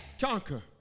conquer